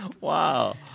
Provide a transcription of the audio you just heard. wow